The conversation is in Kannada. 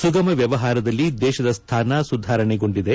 ಸುಗಮ ವ್ಲವಹಾರದಲ್ಲಿ ದೇಶದ ಸ್ಥಾನ ಸುಧಾರಣೆಗೊಂಡಿದೆ